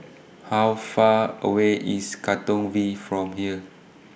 How Far away IS Katong V from here